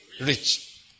rich